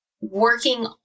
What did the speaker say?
working